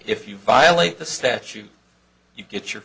if you violate the statute you get your